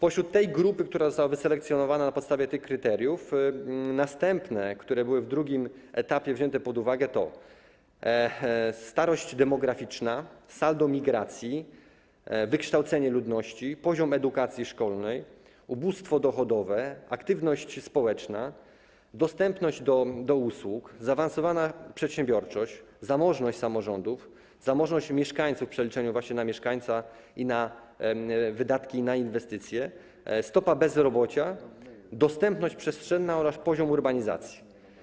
Jeżeli chodzi o tę grupę, która została wyselekcjonowana na podstawie tych kryteriów, następne kryteria, które w drugim etapie były wzięte pod uwagę, to starość demograficzna, saldo migracji, wykształcenie ludności, poziom edukacji szkolnej, ubóstwo dochodowe, aktywność społeczna, dostępność do usług, zaawansowana przedsiębiorczość, zamożność samorządów, zamożność mieszkańców w przeliczeniu na mieszkańca i na wydatki na inwestycje, stopa bezrobocia, dostępność przestrzenna oraz poziom urbanizacji.